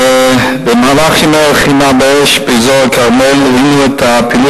במהלך ימי הלחימה באש באזור הכרמל ראינו את הפעילות